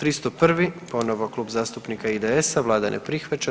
301. ponovo Klub zastupnika IDS-a, Vlada ne prihvaća.